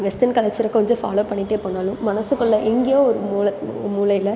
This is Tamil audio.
வெஸ்டர்ன் கல்ச்சரை கொஞ்சம் ஃபாலோ பண்ணிக்கிட்டே போனாலும் மனசுக்குள்ளே எங்கேயோ ஒரு மூலை மு மூலையில்